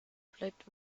bleibt